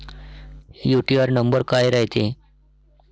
UTR number काय रायते?